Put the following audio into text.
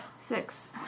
Six